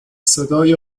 صدای